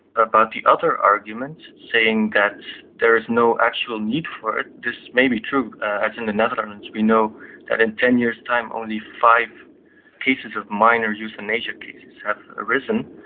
ah but the other arguments, saying that there is no actual need for it, this may be true, as in the netherlands we know that in ten years time only five cases of minor euthanasia cases have arisen.